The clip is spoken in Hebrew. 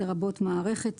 לרבות מערכת,